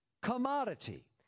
commodity